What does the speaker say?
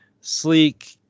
sleek